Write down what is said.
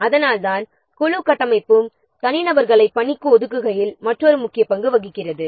அதனால்தான் குழு கட்டமைப்பும் தனிநபர்களை பணிக்கு ஒதுக்குகையில் மற்றொரு முக்கிய பங்கு வகிக்கிறது